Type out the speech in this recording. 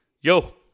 yo